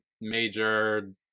major